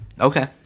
okay